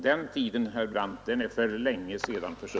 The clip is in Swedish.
Den tiden, herr Brandt, är för länge sedan förbi.